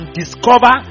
discover